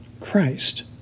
Christ